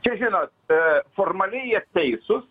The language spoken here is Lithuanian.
čia žinot formaliai jie teisūs